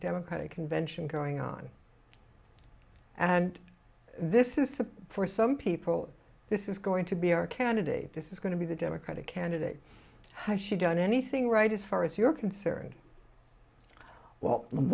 democratic convention going on and this is for some people this is going to be our candidate this is going to be the democratic candidate has she done anything right as far as you're concerned well